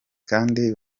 kandi